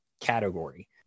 category